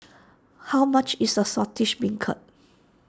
how much is Saltish Beancurd